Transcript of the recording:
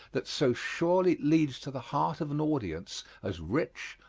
that so surely leads to the heart of an audience as rich,